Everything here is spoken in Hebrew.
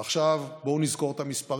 ועכשיו, בואו נזכור את המספרים: